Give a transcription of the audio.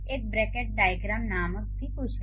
एक bracketed diagram नामक भी कुछ है